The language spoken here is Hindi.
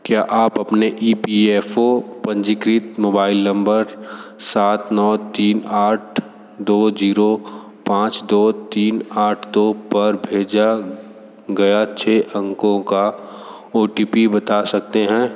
क्या आप अपने ई पी एफ़ ओ पंजीकृत मोबाइल नम्बर सात नौ तीन आठ दो ज़ीरो पाँच दो तीन आठ दो पर भेजा गया छः अंकों का ओ टी पी बता सकते हैं